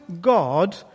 God